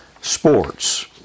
sports